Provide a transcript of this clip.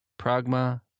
Pragma